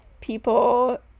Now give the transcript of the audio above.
people